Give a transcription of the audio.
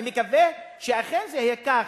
אני מקווה שאכן זה יהיה כך,